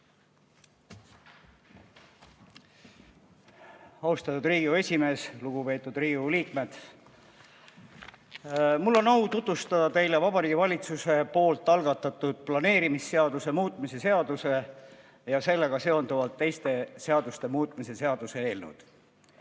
Austatud Riigikogu esimees! Lugupeetud Riigikogu liikmed! Mul on au tutvustada teile Vabariigi Valitsuse algatatud planeerimisseaduse muutmise ja sellega seonduvalt teiste seaduste muutmise seaduse eelnõu.